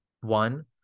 One